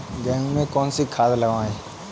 गेहूँ में कौनसी खाद लगाएँ?